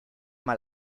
mal